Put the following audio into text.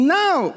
now